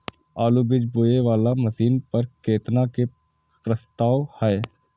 आलु बीज बोये वाला मशीन पर केतना के प्रस्ताव हय?